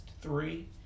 three